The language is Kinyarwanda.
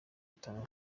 itabi